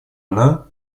она